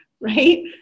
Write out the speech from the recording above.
right